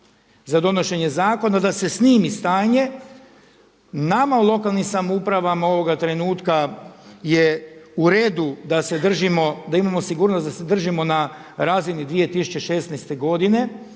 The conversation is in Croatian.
za donošenje zakona da se snimi stanje. Nama u lokalnim samoupravama ovoga trenutka je u redu da se držimo, da imamo sigurnost da se držimo na razini 2016. godine,